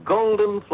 Golden